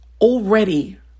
already